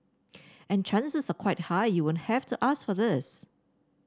and chances are quite high you won't have to ask for this